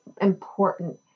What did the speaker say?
important